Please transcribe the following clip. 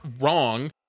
wrong